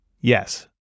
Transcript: Yes